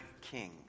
King